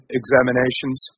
examinations